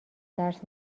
درس